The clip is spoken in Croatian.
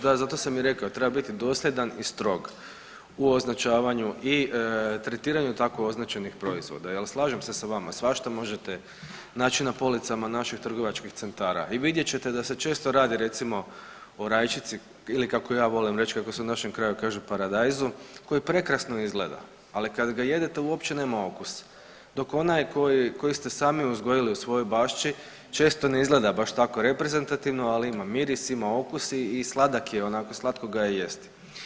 Da, zato sam i rekao, treba biti dosljedan i strog u označavanju i tretiranju tako označenih proizvoda jer, slažem se sa vama, svašta možete naći na policama naših trgovačkih centara i vidjet ćete da se često radi, recimo o rajčici, ili kako ja volim reći, kako se u našem kraju kaže, paradajzu, koji prekrasno izgleda, ali kad ga jedete uopće nema okus, dok onaj koji ste sami uzgojili u svojoj bašči, često ne izgleda tako reprezentativno, ali ima miris, ima okus i sladak je, onako, slatko ga je jesti.